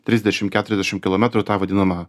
trisdešim keturiasdešim kilometrų tą vadinamą